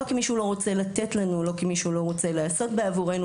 לא כי מישהו לא רוצה לתת לנו או לא רוצה לעשות עבורנו,